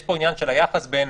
יש פה עניין של היחס בין